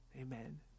Amen